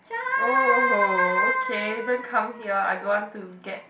oh okay don't come here I don't want to get